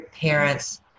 parents